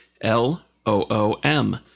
L-O-O-M